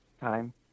time